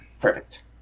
Perfect